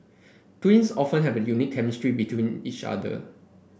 twins often have a unique chemistry between each other